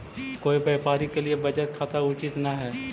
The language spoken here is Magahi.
कोई व्यापारी के लिए बचत खाता उचित न हइ